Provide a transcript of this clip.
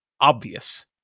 obvious